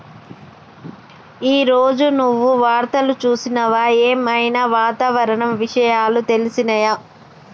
ఈ రోజు నువ్వు వార్తలు చూసినవా? ఏం ఐనా వాతావరణ విషయాలు తెలిసినయా?